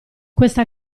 questa